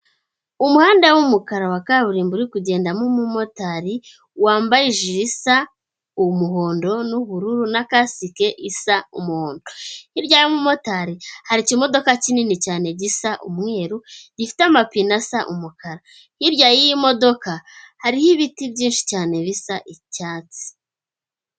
Umuhanda w'umukara wa kaburimbo uri kugendamo umumotari wambaye ijiri isa umuhondo n'ubururu na kasike isa umuhondo, hirya y'umumotari hari ikimodoka kinini cyane gisa umweru gifite amapine asa umukara, hirya y'iyi modoka hariho ibiti byinshi cyane bisa icyatsi.